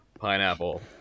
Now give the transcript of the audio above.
Pineapple